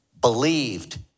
believed